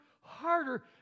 harder